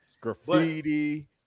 Graffiti